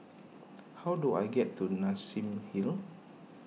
how do I get to Nassim Hill